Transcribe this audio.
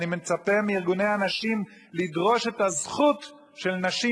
אני מצפה מארגוני הנשים לדרוש את הזכות של נשים